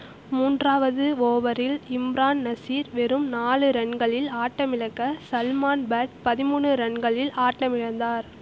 மூன்றாவது ஓவரில் இம்ரான் நசீர் வெறும் நாலு ரன்களில் ஆட்டமிழக்க சல்மான் பட் பதிமூணு ரன்களில் ஆட்டமிழந்தார்